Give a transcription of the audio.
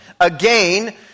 Again